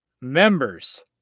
members